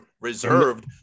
reserved